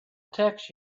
text